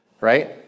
right